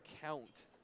count